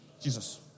Jesus